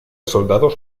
soldados